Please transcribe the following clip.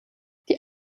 die